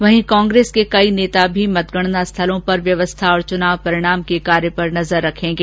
वहीं कांग्रेस के कई नेता भी मतगणनास्थलों पर व्यवस्था और चुनाव परिणाम के कार्य पर नजर रखेंगे